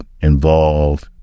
involved